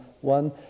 one